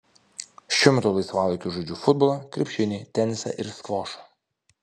šiuo metu laisvalaikiu žaidžiu futbolą krepšinį tenisą ir skvošą